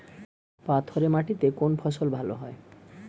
পাথরে মাটিতে কোন ফসল ভালো হয়?